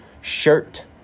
shirt